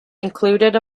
included